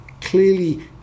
clearly